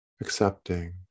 accepting